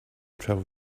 travel